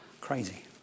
Crazy